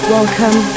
Welcome